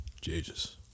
Jesus